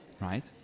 right